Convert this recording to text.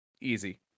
Easy